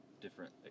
different